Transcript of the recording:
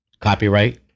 copyright